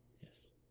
Yes